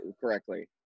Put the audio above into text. correctly